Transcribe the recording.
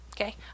okay